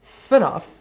spinoff